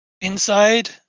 Inside